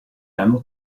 hanno